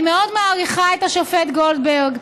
אני מאוד מעריכה את השופט גולדברג.